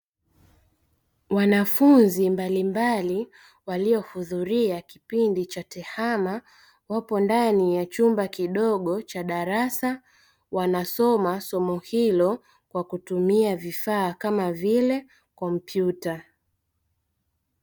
Wanafunzi mbalimbali walio hudhuria kipindi cha "TEHAMA", wapo ndani ya chumba kidogo cha darasa, wanasoma somo hilo kwa kutumia vifaa kama vile kompyuta.